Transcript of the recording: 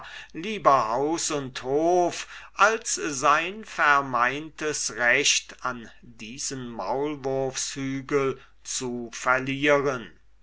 lieber haus und hof als sein vermeintes recht an diesen maulwurfshügel zu verlieren